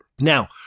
Now